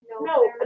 No